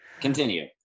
continue